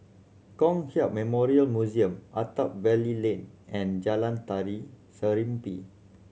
Kong Hiap Memorial Museum Attap Valley Lane and Jalan Tari Serimpi